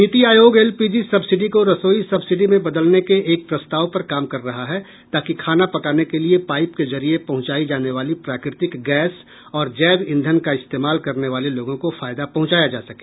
नीति Aayog LPG subsidy को रसोई सब्सिडी में बदलने के एक प्रस्ताव पर काम कर रहा है ताकि खाना पकाने के लिए पाइप के जरिए पहंचाई जाने वाली प्राकृतिक गैस और जैव ईंधन का इस्तेमाल करने वाले लोगो को फायदा पहुंचाया जा सके